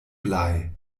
blei